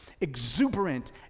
Exuberant